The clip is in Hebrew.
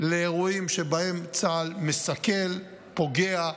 לאירועים שבהם צה"ל מסכל, פוגע,